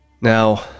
Now